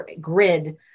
grid